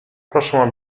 proszę